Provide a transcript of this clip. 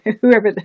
whoever